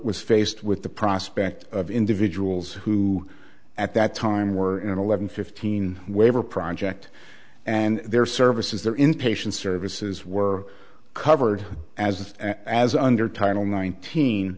was faced with the prospect of individuals who at that time were in an eleven fifteen waiver project and their services their inpatient services were covered as as under title nineteen